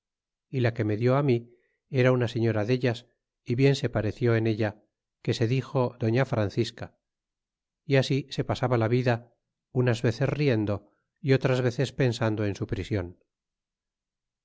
y la que nie dió mi era una señora deltas y bien se pareció en ella que se dixo doña francisca y así se pasaba la vida unas veces riendo y otras veces pensando en su prision